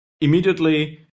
immediately